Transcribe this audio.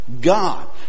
God